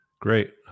Great